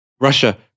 Russia